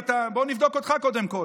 בוא נבדוק אותך קודם כול.